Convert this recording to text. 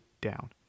down